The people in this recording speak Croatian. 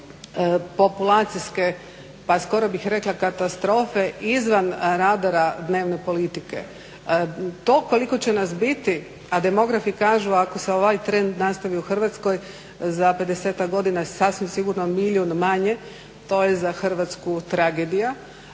populacijske pa skoro bih rekla katastrofe izvan radara dnevne politike. To koliko će nas biti, a demografi kažu ako se ovaj trend nastavi u Hrvatskoj za 50-ak godina sasvim sigurno milijun manje, to je za Hrvatsku tragedija